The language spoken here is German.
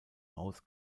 aus